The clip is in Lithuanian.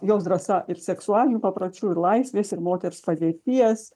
jos drąsa ir seksualinių papročių ir laisvės ir moters padėties